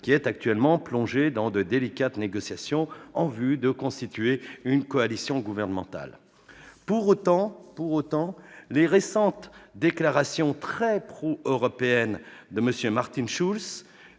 qui est actuellement plongée dans de délicates négociations en vue de constituer une coalition gouvernementale. Pour autant, les récentes déclarations très pro-européennes de M. Martin Schultz,